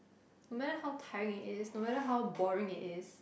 no matter how tiring it is no matter how boring it is